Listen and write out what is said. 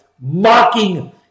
mocking